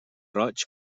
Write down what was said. roig